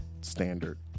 standard